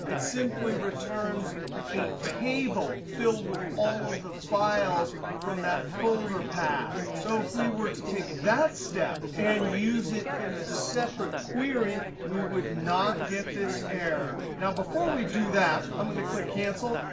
simply returns a table filled with all of the files from that folder path. so if we were to take that step and use it in a separate query, we would not get this error. now, before we do that, i'm going to click cancel.